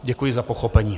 Děkuji za pochopení.